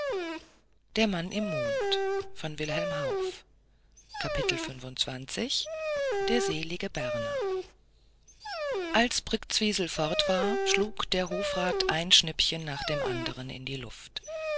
der selige berner als brktzwisl fort war schlug der hofrat ein schnippchen nach dem andern in die luft